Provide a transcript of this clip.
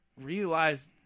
realize